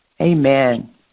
Amen